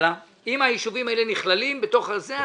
אם הישובים האלה נכללים בתוך זה,